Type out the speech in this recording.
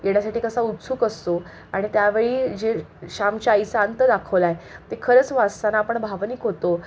येण्यासाठी कसा उत्सुक असतो आणि त्यावेळी जे श्यामच्या आईचा अंत दाखवला आहे ते खरंच वाचताना आपण भावनिक होतो